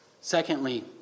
Secondly